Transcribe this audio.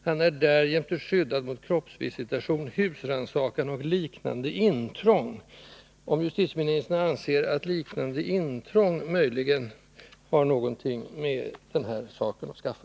Han är därjämte skyddad mot kroppsvisitation, husrannsakan och liknande intrång —--.” Anser justitieministern att ”liknande intrång” möjligen har någonting med den här saken att skaffa?